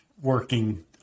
working